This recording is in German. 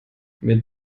mit